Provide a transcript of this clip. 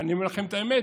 ואני אומר לכם את האמת,